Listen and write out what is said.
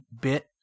bit